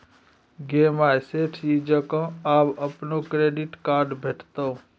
गे माय सेठ जी जकां आब अपनो डेबिट कार्ड भेटितौ